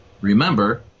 remember